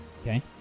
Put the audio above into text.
Okay